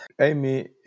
Amy